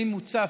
אני מוצף,